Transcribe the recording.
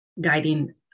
guiding